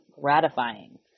gratifying